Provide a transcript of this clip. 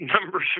numbers